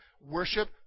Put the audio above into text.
worship